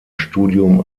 studium